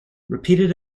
repeated